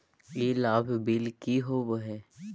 ई लाभ बिल की होबो हैं?